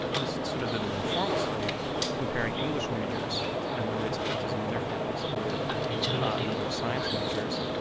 ah just sort of did an informal study comparing english majors and the rates of autism in their families with a number of science majors.